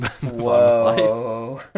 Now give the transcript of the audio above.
Whoa